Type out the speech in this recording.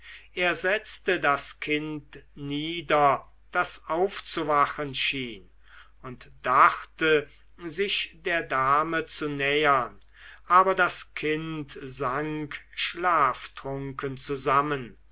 er setzte das kind nieder das aufzuwachen schien und dachte sich der dame zu nähern aber das kind sank schlaftrunken zusammen